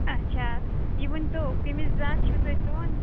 اچھا یہِ ؤنۍتو قمیض یزار چھُو تُہۍ سُوان